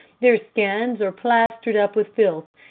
their skins are plastered up with filth,